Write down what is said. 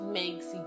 makes